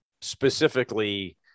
specifically